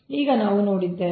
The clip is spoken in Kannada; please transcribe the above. ಈಗ ನಾವು ನೋಡಿದ್ದೇವೆ